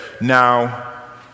Now